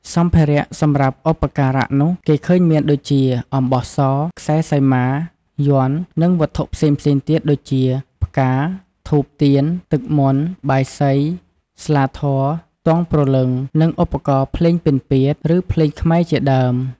សម្ភារៈសម្រាប់ឧបការៈនោះ គេឃើញមានដូចជា អំបោះស ខ្សែសីមា យ័ន្ត និងវត្ថុផ្សេងៗទៀតដូចជា ផ្កា ធូបទៀន ទឹកមន្ត បាយសី ស្លាធម៌ ទង់ព្រលឹង និងឧបករណ៍ភ្លេងពិណពាទ្យ ឬភ្លេងខ្មែរជាដើម។